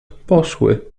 poszły